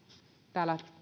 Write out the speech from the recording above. täällä